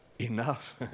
enough